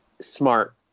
smart